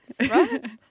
right